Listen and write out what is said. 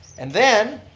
and then,